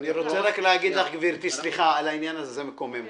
רוצה להגיד לך זה מקומם אותי.